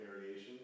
variation